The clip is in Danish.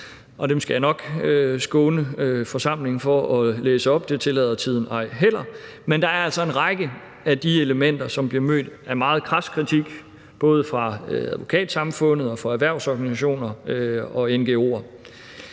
jeg skal nok skåne forsamlingen for at læse dem op. Det tillader tiden ej heller. Men der er altså en række af de elementer, som bliver mødt af meget kras kritik både fra Advokatsamfundet, fra erhvervsorganisationer og fra